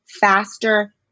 faster